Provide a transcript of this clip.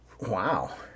Wow